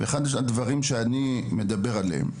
אחד הדברים שאני מדבר עליהם,